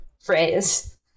phrase